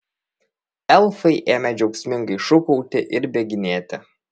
elfai ėmė džiaugsmingai šūkauti ir bėginėti